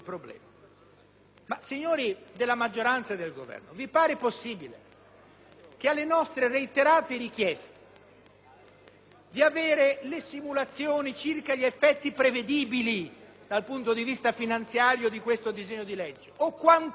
Signori della maggioranza e del Governo, vi pare possibile che di fronte alle nostre reiterate richieste di avere le simulazioni circa gli effetti prevedibili dal punto di vista finanziario di questo disegno di legge o quantomeno